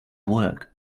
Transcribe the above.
work